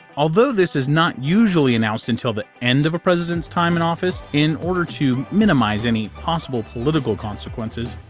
although, this is not usually announced until the end of a president's time in office in order to minimize any possible political consequences.